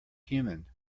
human